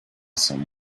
some